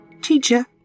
Teacher